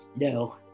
No